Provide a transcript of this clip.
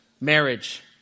Marriage